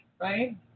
right